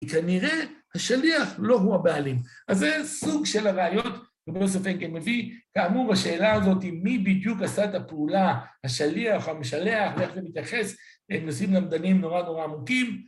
כי כנראה השליח לא הוא הבעלים, אז זה סוג של הראיות ולא ספק הם מביא, כאמור השאלה הזאת מי בדיוק עשה את הפעולה, השליח או המשלח ואיך זה מתייחס, נושאים למדניים נורא נורא עמוקים